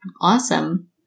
Awesome